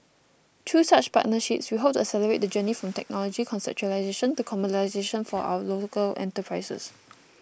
through such partnerships we hope to accelerate the journey from technology conceptualisation to commercialisation for our local enterprises